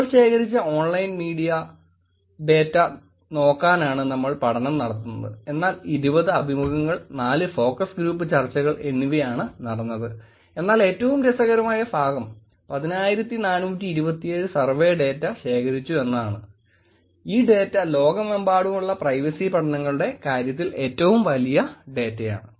നമ്മൾ ശേഖരിച്ച online social media data നോക്കാനാണ് നമ്മൾ പഠനം നടത്തുന്നത്അതിനാൽ 20 അഭിമുഖങ്ങൾ 4 ഫോക്കസ് ഗ്രൂപ്പ് ചർച്ചകൾ എവിടെയാണ് നടന്നത് എന്നാൽ ഏറ്റവും രസകരമായ ഭാഗം 10427 സർവേ ഡാറ്റ ശേഖരിച്ചു എന്നതാണ് ഈ ഡാറ്റ ലോകമെമ്പാടുമുള്ള പ്രൈവസി പഠനങ്ങളുടെ കാര്യത്തിൽ ഏറ്റവും വലിയ ഡാറ്റയാണ്